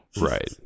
right